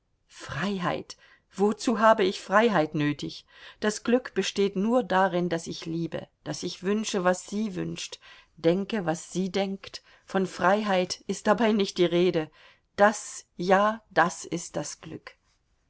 freiheit wozu habe ich freiheit nötig das glück besteht nur darin daß ich liebe daß ich wünsche was sie wünscht denke was sie denkt von freiheit ist dabei nicht die rede das ja das ist das glück